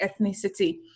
ethnicity